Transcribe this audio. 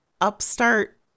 upstart